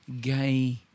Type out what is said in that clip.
gay